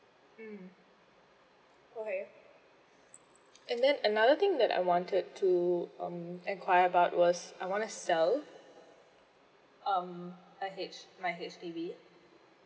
mm okay and then another thing that I wanted to um enquire about was I want to sell um a H my H_D_B